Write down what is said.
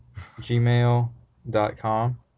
gmail.com